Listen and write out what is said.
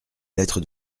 lettre